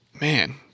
man